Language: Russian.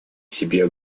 себе